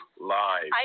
lives